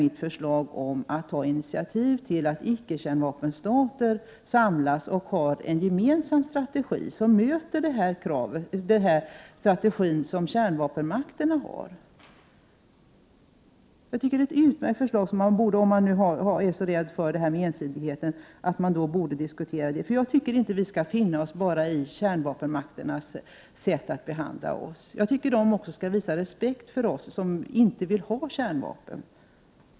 Mitt förslag går ut på att man skall ta initiativ till att icke-kärnvapenstater samlas och har en gemensam strategi för att möta den strategi som kärnvapenmakterna har. Jag tycker att det är ett utmärkt förslag som man borde kunna diskutera om man nu är så rädd för ensidigheten. Jag tycker inte att vi enbart skall finna oss i kärnvapenmakternas sätt att behandla oss. De måste också kunna visa respekt för oss som inte vill ha kärnvapen.